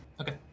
Okay